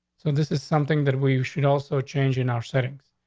so this is something that we should also change in our settings.